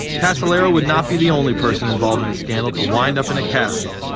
casolaro would not be the only person involved in the scandal to wind up in a casket.